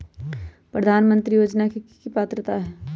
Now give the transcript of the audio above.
प्रधानमंत्री योजना के की की पात्रता है?